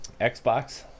Xbox